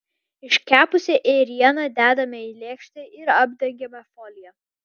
iškepusią ėrieną dedame į lėkštę ir apdengiame folija